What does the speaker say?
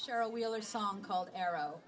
cheryl wheeler song called arrow